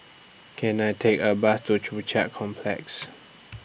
Can I Take A Bus to Joo Chiat Complex